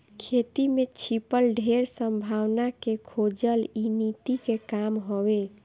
खेती में छिपल ढेर संभावना के खोजल इ नीति के काम हवे